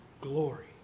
Glory